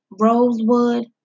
Rosewood